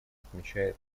отмечает